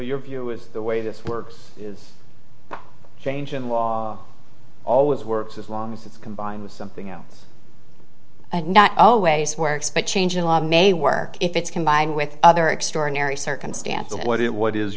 your view of the way this works change in law always works as long as it's combined with something else not always works but change in law may work if it's combined with other extraordinary circumstances what it what is